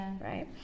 right